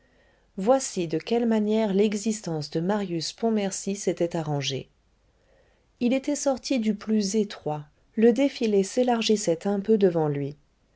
voici de quelle manière l'existence de marius pontmercy s'était arrangée il était sorti du plus étroit le défilé s'élargissait un peu devant lui